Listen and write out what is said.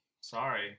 sorry